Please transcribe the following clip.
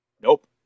Nope